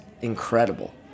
incredible